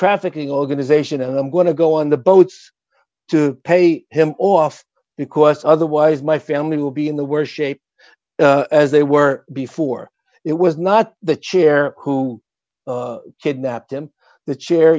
trafficking organization and i'm going to go on the boats to pay him off because otherwise my family will be in the worse shape as they were before it was not the chair who kidnapped him the chair